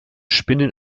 spinnen